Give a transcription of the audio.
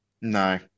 No